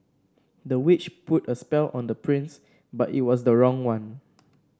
the witch put a spell on the prince but it was the wrong one